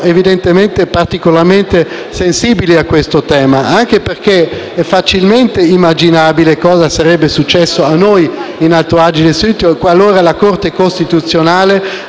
evidentemente siamo particolarmente sensibili a questo tema, anche perché è facilmente immaginabile cosa sarebbe successo a noi in Alto Adige-Südtirol, qualora la Corte costituzionale